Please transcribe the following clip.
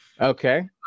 Okay